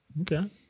Okay